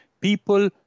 people